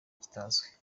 kitazwi